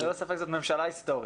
ללא ספק, זאת ממשלה היסטורית.